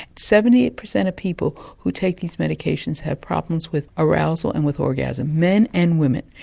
seventy percent of people who take these medications have problems with arousal and with orgasm, men and women.